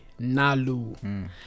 Nalu